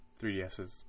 3DSs